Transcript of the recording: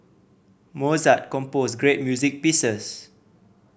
Mozart composed great music pieces